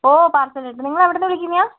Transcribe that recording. ഓ parcel കിട്ടും നിങ്ങള് എവിടുന്ന് വിളിക്കുന്നതാണ്